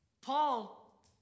Paul